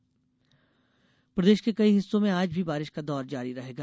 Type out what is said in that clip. मौसम प्रदेश के कई हिस्सों में आज भी बारिश का दौर जारी रहेगा